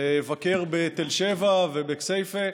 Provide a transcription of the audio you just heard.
לבקר בתל שבע ובכסייפה.